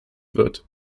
wird